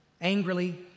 Angrily